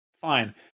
fine